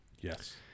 Yes